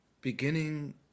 beginning